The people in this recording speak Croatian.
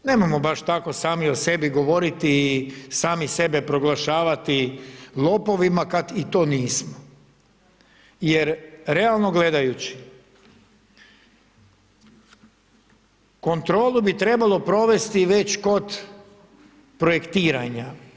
Nemojmo baš tako sami o sebi govoriti i sami sebe proglašavati lopovima kad i to nismo jer realno gledajući, kontrolu bi trebalo provesti već kod projektiranja.